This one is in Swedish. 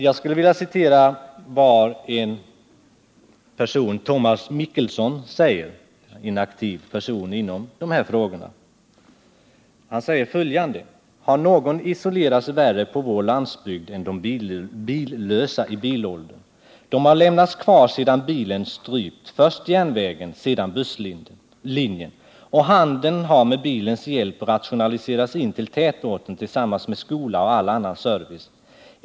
Jag vill återge vad Tomas Mickelsson, en aktiv person i dessa frågor, har sagt: Har någon isolerats värre på vår landsbygd än de billösa i bilåldern? De har lämnats kvar sedan bilen strypt först järnvägen, sedan busslinjen. Och handeln har med bilens hjälp rationaliserats in till tätorten, tillsammans med skola och all annan service.